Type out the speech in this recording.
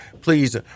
please